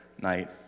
night